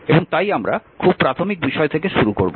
এবং তাই আমরা খুব প্রাথমিক বিষয় থেকে শুরু করব